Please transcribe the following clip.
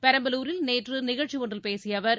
பெரம்பலூரில் நேற்று நிகழ்ச்சி ஒன்றில் பேசிய அவர்